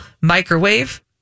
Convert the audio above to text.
Microwave